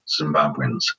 Zimbabweans